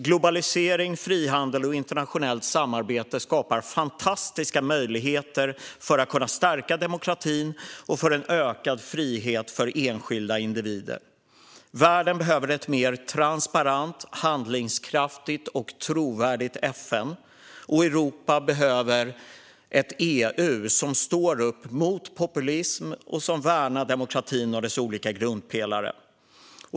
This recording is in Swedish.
Globalisering, frihandel och internationellt samarbete skapar fantastiska möjligheter att stärka demokratin och öka friheten för enskilda individer. Världen behöver ett mer transparent, handlingskraftigt och trovärdigt FN. Europa behöver ett EU som står upp mot populism och som värnar demokratin och dess olika grundpelare.